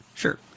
Sure